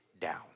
down